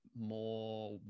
more